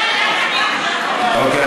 אוקיי,